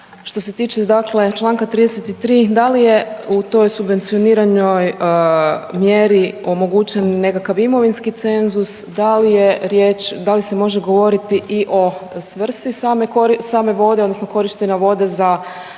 što se tiče čl. 33.da li je u toj subvencioniranoj mjeri omogućen nekakav imovinski cenzus, da li se može govoriti i o svrsi same vode odnosno korištenja vode za